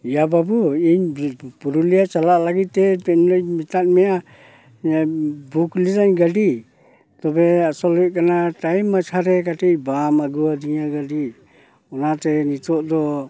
ᱮᱭᱟ ᱵᱟᱹᱵᱩ ᱤᱧ ᱯᱩᱨᱩᱞᱤᱭᱟ ᱪᱟᱞᱟᱜ ᱞᱟᱹᱜᱤᱫᱛᱮ ᱛᱤᱱᱨᱮᱧ ᱢᱮᱛᱟᱫ ᱢᱮᱭᱟ ᱵᱩᱠᱞᱮᱫᱟᱹᱧ ᱜᱟᱹᱰᱤ ᱛᱚᱵᱮ ᱟᱥᱚᱞᱫᱚ ᱦᱩᱭᱩᱜ ᱠᱟᱱᱟ ᱴᱟᱭᱤᱢ ᱢᱟᱪᱷᱟᱨᱮ ᱠᱟᱹᱴᱤᱡ ᱵᱟᱢ ᱟᱹᱜᱩᱟᱫᱤᱧᱟᱹ ᱜᱟᱹᱰᱤ ᱚᱱᱟᱛᱮ ᱱᱤᱛᱚᱜ ᱫᱚ